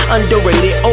Underrated